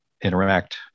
interact